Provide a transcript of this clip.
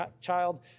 child